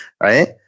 right